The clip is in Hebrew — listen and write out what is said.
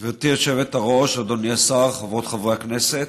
גברתי היושבת-ראש, אדוני השר, חברות וחברי הכנסת,